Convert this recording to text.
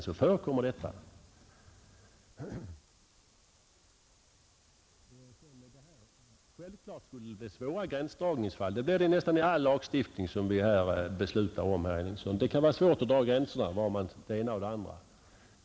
Självklart kan det bli svåra gränsdragningsfall, såsom fallet är vid nästan all lagstiftning som vi beslutar om här i riksdagen. Det kan vara svårt att dra gränserna mellan det ena och det andra.